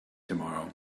tomorrow